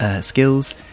skills